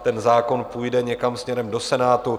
Ten zákon půjde někam směrem do Senátu.